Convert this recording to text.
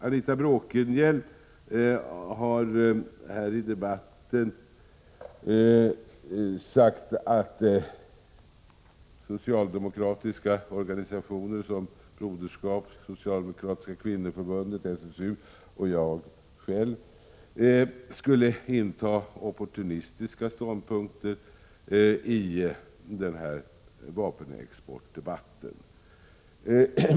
Anita Bråkenhielm har här i debatten sagt att socialdemokratiska organisationer såsom Broderskapsrörelsen, Socialdemokratiska kvinnoförbundet och SSU och jag själv skulle inta opportunistiska ståndpunkter i vapenexportdebatten.